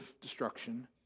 destruction